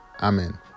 Amen